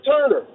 Turner